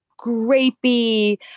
grapey